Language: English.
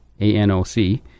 A-N-O-C